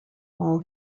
all